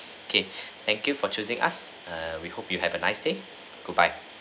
okay thank you for choosing us err we hope you have a nice day goodbye